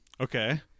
Okay